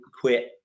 quit